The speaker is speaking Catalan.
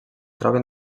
troba